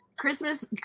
Christmas